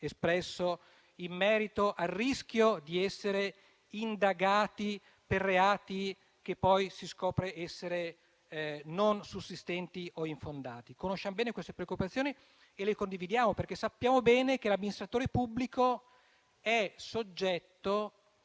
espresso in merito al rischio di essere indagati per reati che poi si scopre essere non sussistenti o infondati. Conosciamo bene queste preoccupazioni e le condividiamo, perché sappiamo bene che l'amministratore pubblico è soggetto